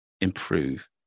improve